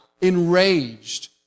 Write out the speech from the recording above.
enraged